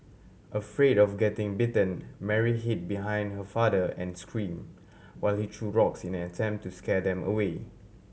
afraid of getting bitten Mary hid behind her father and screamed while he threw rocks in an attempt to scare them away